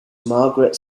margaret